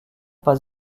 pas